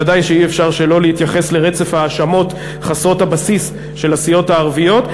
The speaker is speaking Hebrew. ודאי שאי-אפשר שלא להתייחס לרצף ההאשמות חסרות הבסיס של הסיעות הערביות.